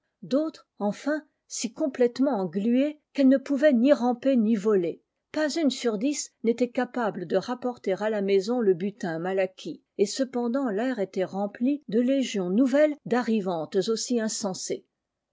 d'autres enfin si complètement engluées qu'elles ne pouvaient ni ramper ni voler pas une sur dix n'était capable de rapporter à la maison le butin mal acquis et cependant l'air était rempli de légions nouvelles d'arrivantes aussi insensées